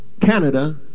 Canada